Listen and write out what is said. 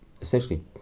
essentially